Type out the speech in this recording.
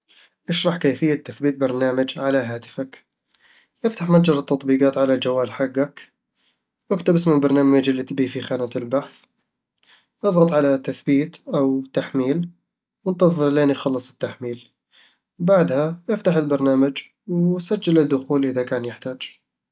اشرح كيفية تثبيت برنامج على هاتفك. افتح متجر التطبيقات على الجوال حقك اكتب اسم البرنامج اللي تبيه في خانة البحث اضغط على "تثبيت" أو "تحميل" وانتظر لين يخلص التحميل بعدها، افتح البرنامج وسجّل الدخول إذا كان يحتاج